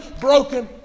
broken